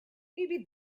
maybe